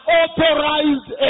authorized